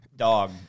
Dog